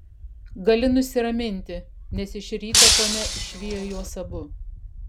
gali nusiraminti nes iš ryto ponia išvijo juos abu